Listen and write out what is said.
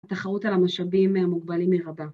תחרות על המשאבים המוגבלים מרבה